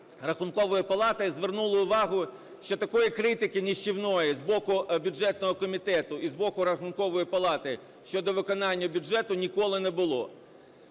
Рахункової палати, звернули увагу, що такої критики нищівної з боку бюджетного комітету і з боку Рахункової палати щодо виконання бюджету ніколи не було.